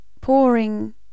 pouring